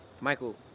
Michael